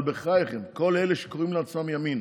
אבל בחייכם, כל אלה שקוראים לעצמם ימין,